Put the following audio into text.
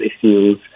issues